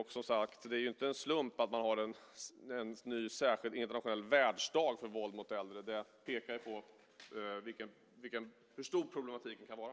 Det är inte en slump, som sagt, att man har en ny särskild internationell världsdag för våld mot äldre. Det pekar på hur stor problematiken kan vara.